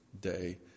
day